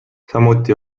samuti